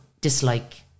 dislike